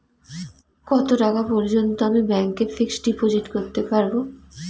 কত টাকা পর্যন্ত আমি ব্যাংক এ ফিক্সড ডিপোজিট করতে পারবো?